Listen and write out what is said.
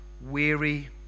weary